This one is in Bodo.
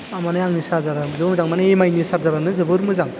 आं मानि आंनि चार्जारा जोबोर मोजां मानि एमआईनि चार्जारानो जोबोर मोजां